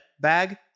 bag